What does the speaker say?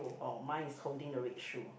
oh mine is holding the red shoe